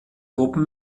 gruppen